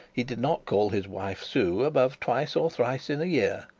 he did not call his wife sue above twice or thrice in a year,